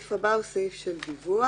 הסעיף הבא הוא סעיף של דיווח,